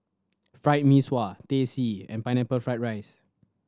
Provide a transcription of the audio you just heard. Fried Mee Sua Teh C and Pineapple Fried rice